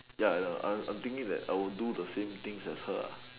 ya ya I'm I'm thinking that I would do the same things as her ah